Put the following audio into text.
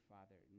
Father